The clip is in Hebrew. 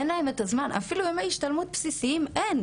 אין להן את הזמן, אפילו ימי השתלמות בסיסיים אין.